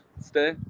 stay